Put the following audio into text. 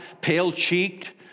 pale-cheeked